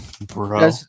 Bro